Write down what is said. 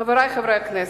חברי חברי הכנסת,